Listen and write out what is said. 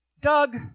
Doug